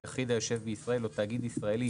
יחיד היושב בישראל או תאגיד ישראלי